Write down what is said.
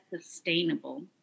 sustainable